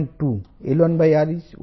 2 and 6